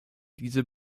diese